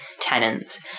tenants